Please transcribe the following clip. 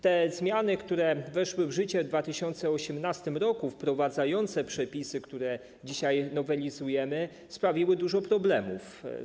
Te zmiany, które weszły w życie w 2018 r., wprowadzające przepisy, które dzisiaj nowelizujemy, sprawiły dużo problemów.